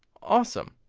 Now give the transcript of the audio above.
awesome!